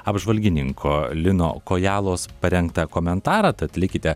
apžvalgininko lino kojalos parengtą komentarą tad likite